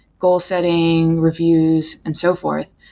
goal-setting reviews and so forth.